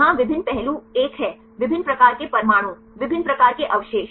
यहाँ विभिन्न पहलू एक है विभिन्न प्रकार के परमाणु विभिन्न प्रकार के अवशेष